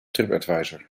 tripadvisor